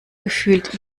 gefühlt